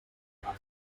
aber